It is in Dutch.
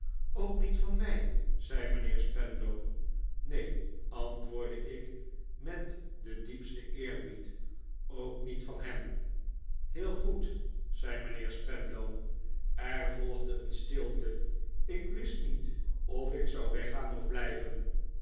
ook niet van mij zei mijnheer spenlow neen antwoordde ik met den diepsten eerbied ook niet van hem heel goedl zei mijnheer spenlow er volgde een stilte ik wist niet of ik zou weggaan of blijven